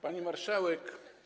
Pani Marszałek!